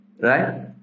Right